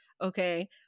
okay